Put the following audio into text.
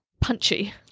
punchy